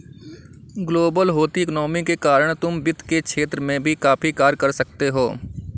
global होती economy के कारण तुम वित्त के क्षेत्र में भी काफी कार्य कर सकते हो